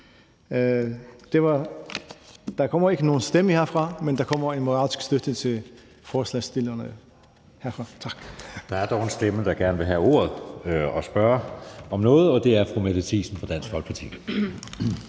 Der kommer ikke nogen stemme herfra, men der kommer en moralsk støtte til forslagsstillerne. Tak. Kl. 17:21 Anden næstformand (Jeppe Søe): Der er dog én, der gerne vil have ordet og spørge om noget, og det er fru Mette Thiesen fra Dansk Folkeparti.